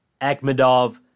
Akhmadov